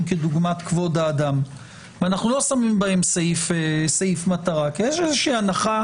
כדוגמת כבוד האדם ואנחנו לא שמים בהם סעיף מטרה כי יש איזו שהיא הנחה